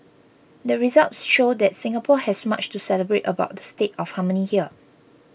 the results show that Singapore has much to celebrate about the state of harmony here